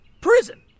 Prison